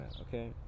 okay